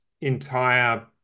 entire